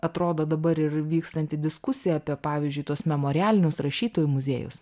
atrodo dabar ir vykstanti diskusija apie pavyzdžiui tuos memorialinius rašytojų muziejus